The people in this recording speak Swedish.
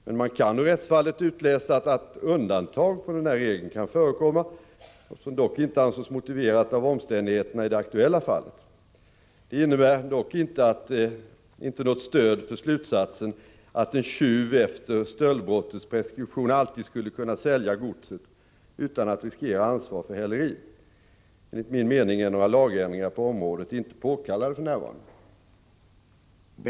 Men man kan ur rättsfallet utläsa att undantag från denna regel kan förekomma, något som dock inte ansågs motiverat av omständigheterna i det aktuella fallet. Detta innebär dock inte något stöd för slutsatsen att en tjuv efter stöldbrottets preskription alltid skulle kunna sälja godset utan att riskera ansvar för häleri. Enligt min mening är några lagändringar på området inte påkallade för närvarande.